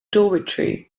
dormitory